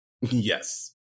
Yes